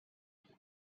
there